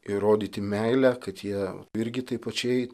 ir rodyti meilę kad jie irgi taip pačiai